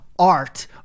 art